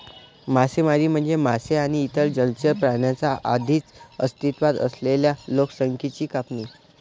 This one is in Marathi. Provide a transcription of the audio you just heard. मासेमारी म्हणजे मासे आणि इतर जलचर प्राण्यांच्या आधीच अस्तित्वात असलेल्या लोकसंख्येची कापणी